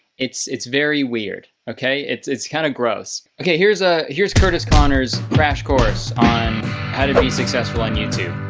it's it's very weird, okay? it's it's kind of gross. okay. here's ah here's kurtis conner's crash course on how to be successful on youtube.